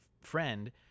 friend